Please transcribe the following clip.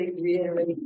reiterate